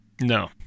No